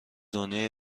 دنیای